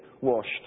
washed